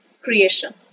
creation